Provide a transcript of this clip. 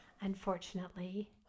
unfortunately